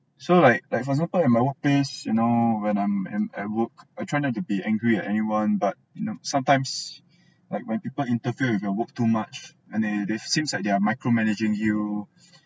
so like like for example my workplace you know when I'm am at work I try not to be angry at anyone but sometimes like when people interfere with your work too much and they they seems like they are micro managing you